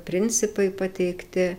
principai pateikti